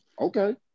okay